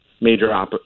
major